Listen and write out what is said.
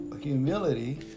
humility